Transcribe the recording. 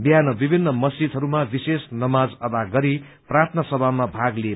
बिहान विमिन्न मस्जिदहरूमा विशेष नामज अदा गरी प्रार्थना सभामा भाग लिए